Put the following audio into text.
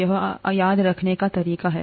यह याद रखने का तरीका है